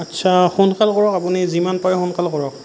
আচ্ছা সোনকাল কৰক আপুনি যিমান পাৰে সোনকাল কৰক